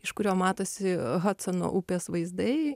iš kurio matosi hadsono upės vaizdai